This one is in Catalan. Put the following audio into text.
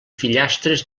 fillastres